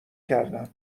کردم